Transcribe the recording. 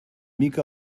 mica